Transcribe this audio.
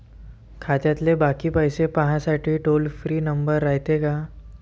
खात्यातले बाकी पैसे पाहासाठी टोल फ्री नंबर रायते का?